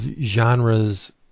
genres